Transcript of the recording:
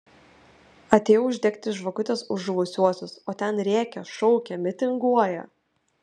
atėjau uždegti žvakutės už žuvusiuosius o ten rėkia šaukia mitinguoja